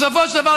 בסופו של דבר,